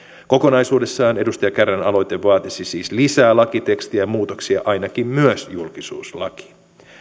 kokonaisuudessaan edustaja kärnän aloite vaatisi siis lisää lakitekstiä ja muutoksia ainakin myös julkisuuslakiin